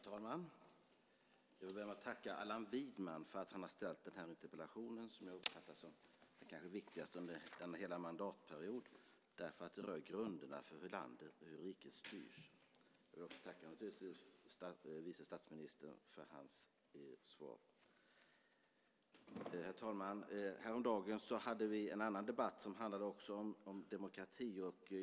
Herr talman! Jag vill börja med att tacka Allan Widman för att han har ställt denna interpellation, som jag uppfattar som den kanske viktigaste under hela denna mandatperiod. Det rör grunderna för hur riket styrs. Jag får naturligtvis också tacka vice statsministern för hans svar. Herr talman! Häromdagen hade vi en annan debatt som också handlade om demokrati.